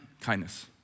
kindness